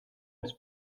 its